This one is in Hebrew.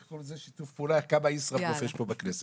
שיתוף פעולה וכמה ישראבלוף יש פה בכנסת.